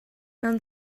mewn